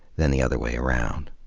than the other way around.